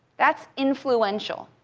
that's influential.